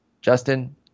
Justin